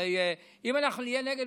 הרי אם אנחנו נהיה נגד,